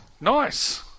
nice